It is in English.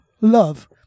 love